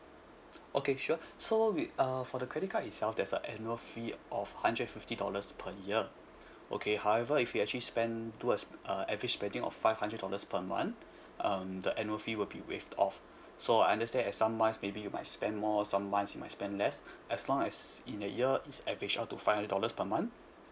okay sure so we uh for the credit card itself there's a annual fee of hundred and fifty dollars per year okay however if you actually spend towards uh average spending of five hundred dollars per month um the annual fee will be waived off so I understand at some months maybe you might spend more or some months you might spend less as long as in a year is average up to five dollars per month